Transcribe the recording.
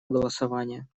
голосования